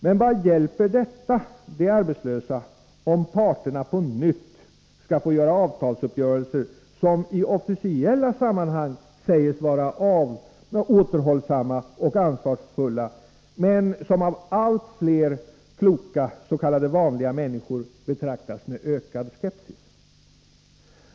Men vad hjälper detta de arbetslösa om parterna på nytt skall få göra avtalsuppgörelser som i officiella sammanhang säges vara återhållsamma och ansvarsfulla men som av allt fler kloka s.k. vanliga människor betraktas med ökad skepsis?